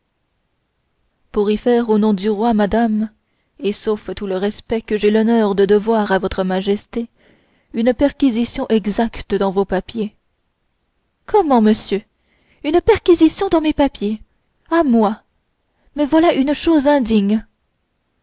pour y faire au nom du roi madame et sauf tout le respect que j'ai l'honneur de devoir à votre majesté une perquisition exacte dans vos papiers comment monsieur une perquisition dans mes papiers à moi mais voilà une chose indigne